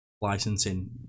licensing